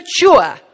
mature